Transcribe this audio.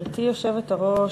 גברתי היושבת-ראש,